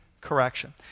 correction